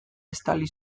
estali